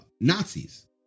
Nazis